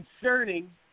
concerning